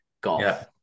golf